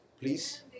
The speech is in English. please